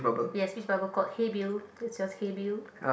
yes which bubble got hair band where's got hair band